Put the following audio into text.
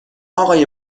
آقای